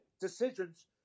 decisions